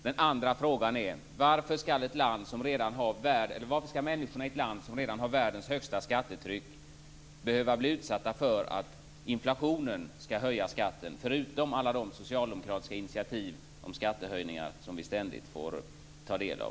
Den andra frågan gäller varför människorna i ett land som redan har världens högsta skattetryck skall behöva bli utsatta för att inflationen höjer skatten, förutom alla de socialdemokratiska initiativ till skattehöjningar som vi ständigt får ta del av.